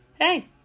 hey